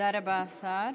תודה רבה, השר.